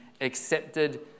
accepted